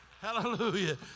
Hallelujah